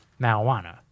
marijuana